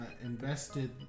invested